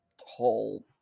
whole